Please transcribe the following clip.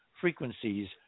frequencies